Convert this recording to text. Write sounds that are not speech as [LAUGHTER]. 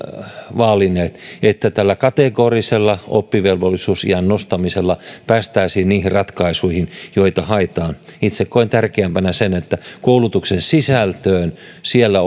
vaalineet että tällä kategorisella oppivelvollisuusiän nostamisella päästäisiin niihin ratkaisuihin joita haetaan itse koen tärkeämpänä sen että koulutuksen sisältö siellä [UNINTELLIGIBLE]